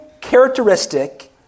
characteristic